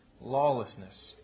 lawlessness